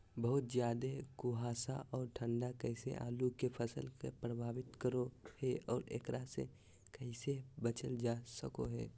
बहुत ज्यादा कुहासा और ठंड कैसे आलु के फसल के प्रभावित करो है और एकरा से कैसे बचल जा सको है?